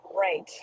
Right